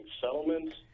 settlements